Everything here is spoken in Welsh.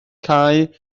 cau